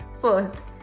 First